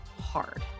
hard